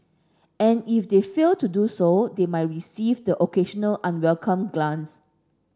and if they fail to do so they might receive the occasional unwelcome glance